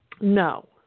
No